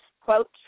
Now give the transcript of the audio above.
quote